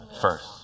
first